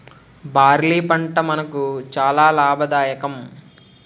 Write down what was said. barley పంట మనకు చాలా లాభదాయకం